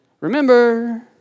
Remember